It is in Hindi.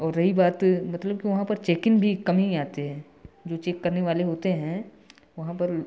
और रही बात मतलब कि वहाँ पर चेकिंग भी कम ही आते हैं जो चेक करने वाले होते हैं वहाँ पर